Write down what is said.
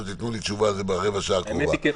תנו לי תשובה ברבע השעה הקרובה.